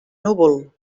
núvol